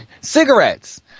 Cigarettes